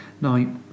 Now